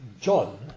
John